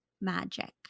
magic